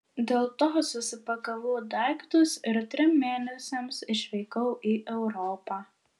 dėl to susipakavau daiktus ir trim mėnesiams išvykau į europą